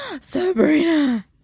Sabrina